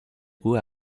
roues